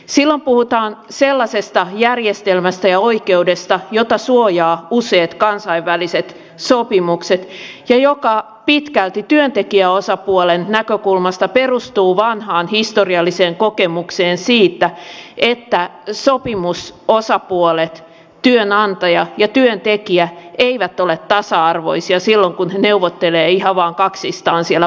silloin puhutaan sellaisesta järjestelmästä ja oikeudesta jota suojaavat useat kansainväliset sopimukset ja joka pitkälti työntekijäosapuolen näkökulmasta perustuu vanhaan historialliseen kokemukseen siitä että sopimusosapuolet työnantaja ja työntekijät eivät ole tasa arvoisia silloin kun he neuvottelevat ihan vain kaksistaan siellä paikallisesti